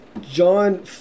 John